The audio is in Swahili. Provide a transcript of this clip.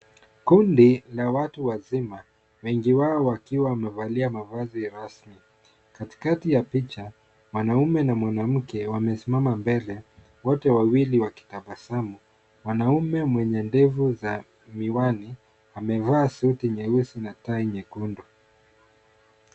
Kundi la watu wazima wengi wao wakiwa wamevalia mavazi ya rasmi. Katikati ya picha mwanaume na mwanamke wamesimama mbele wote wawili wakitabasamu . Mwanaume mwenye ndevu za miwani amevaa suti nyeusi na tai nyekundu.